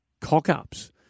cock-ups